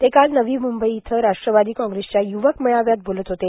ते काल नवी मुंबई इथं राष्ट्रवादी कॉग्रेसच्या युवक मेळाव्यात बोलत होते